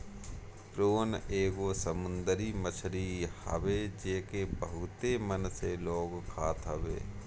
prawn एगो समुंदरी मछरी हवे जेके बहुते मन से लोग खात हवे